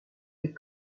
des